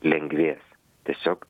lengvės tiesiog